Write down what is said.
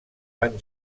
van